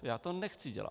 Já to nechci dělat.